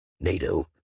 NATO